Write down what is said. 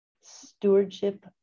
stewardship